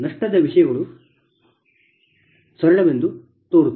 ನಷ್ಟದ ವಿಷಯಗಳು ತುಂಬಾ ಸರಳವೆಂದು ತೋರುತ್ತದೆ